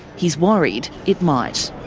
he's worried it might.